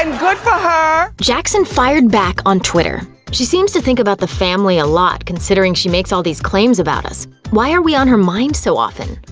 and good for her. jackson fired back on twitter. she seems to think about the family a lot considering she makes all these claims about us. why are we on her mind so often?